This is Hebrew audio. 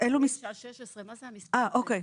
המספר 16, לא ברור.